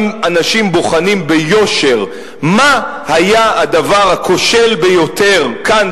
אם אנשים בוחנים ביושר מה היה הדבר הכושל ביותר כאן,